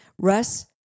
Russ